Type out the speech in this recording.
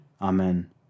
Amen